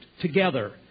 together